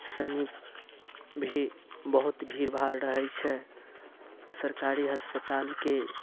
समीप भी बहुत भीड़भाड़ रहै छै सरकारी अस्पतालके